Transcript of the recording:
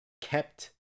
kept